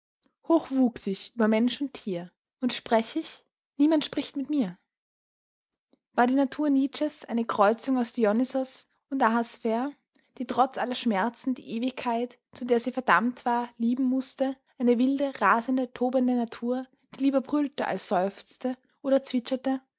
hoch wuchs ich über mensch und tier und sprech ich niemand spricht zu mir war die natur nietzsches eine kreuzung aus dionysos und ahasver die trotz aller schmerzen die ewigkeit zu der sie verdammt war lieben mußte eine wilde tobende natur die lieber brüllte als seufzte oder zwitscherte